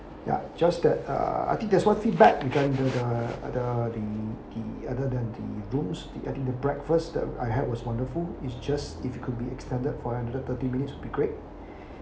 ya just that uh I think that's one feedback regarding to the the the other than the room regarding the breakfast that I had was wonderful is just if it could be extended for another thirty minutes be great